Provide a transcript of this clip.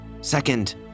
Second